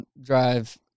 drive